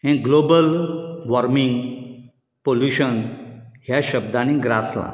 हें global warming pollution ह्या शब्दांनी ग्रासलां